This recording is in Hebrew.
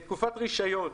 תקופת רישיון,